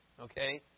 okay